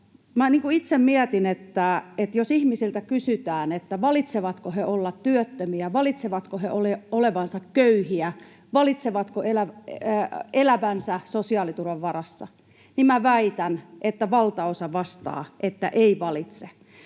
itse mietin, että jos ihmisiltä kysytään, valitsevatko he työttöminä olemisen, valitsevatko he köyhinä olemisen, valitsevatko sosiaaliturvan varassa elämisen, niin minä väitän, että valtaosa vastaa, että eivät valitse.